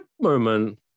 moment